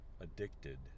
Addicted